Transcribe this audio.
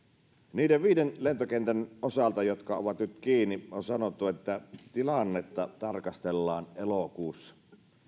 niiden viiden lentokentän osalta jotka ovat nyt kiinni on sanottu että tilannetta tarkastellaan elokuussa